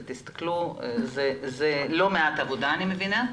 זו לא מעט עבודה אני מבינה,